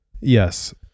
Yes